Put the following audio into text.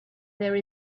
there